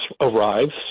arrives